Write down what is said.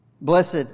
Blessed